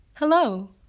Hello